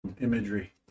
Imagery